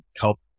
help